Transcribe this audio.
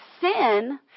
sin